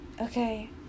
Okay